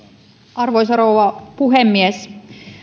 arvoisa rouva puhemies